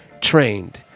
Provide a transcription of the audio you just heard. trained